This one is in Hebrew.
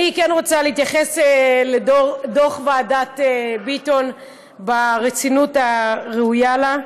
אני כן רוצה להתייחס לדוח ועדת ביטון ברצינות הראויה לו.